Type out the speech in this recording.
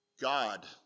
God